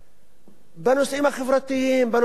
בנושאים החברתיים, בנושאים הפוליטיים.